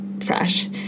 fresh